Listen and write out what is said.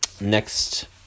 Next